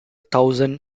thousand